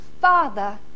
Father